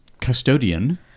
custodian